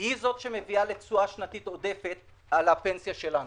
היא זאת שמביאה לתשואה שנתית עודפת על הפנסיה שלנו.